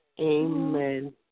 amen